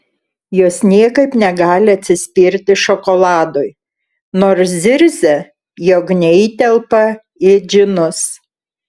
jos niekaip negali atsispirti šokoladui nors zirzia jog neįtelpa į džinus